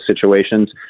situations